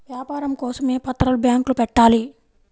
వ్యాపారం కోసం ఏ పత్రాలు బ్యాంక్లో పెట్టాలి?